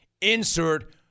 insert